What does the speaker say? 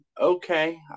okay